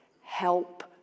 help